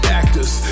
actors